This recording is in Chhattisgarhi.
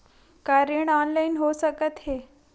का ऋण ऑनलाइन हो सकत हे?